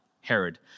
Herod